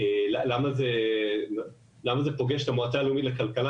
למה זה פוגש את המועצה הלאומית לכלכלה,